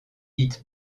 hit